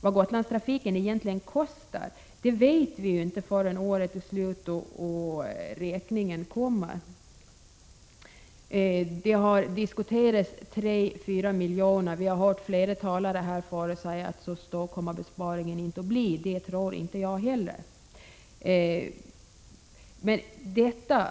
Vad Gotlandstrafiken egentligen kostar vet vi inte förrän året är slut och räkningen kommer. Det har diskuterats 3-4 milj.kr. Flera talare har här sagt att så stor kommer besparingen inte att bli, och det tror inte jag heller.